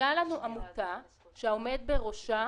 הייתה לנו עמותה שהעומד בראשה